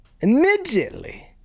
immediately